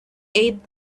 eight